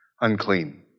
unclean